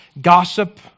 gossip